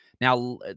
Now